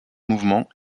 mouvements